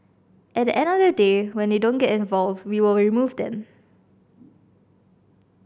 at the end of the day when they don't get involved we will remove them